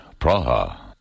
Praha